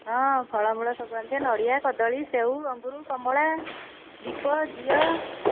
ହଁ ଫଳମୂଳ ସବୁ ଆଣିଥିବା ନଡ଼ିଆ କଦଳୀ ସେଉ ଅଙ୍ଗୁର କମଳା ଦୀପ ଘିଅ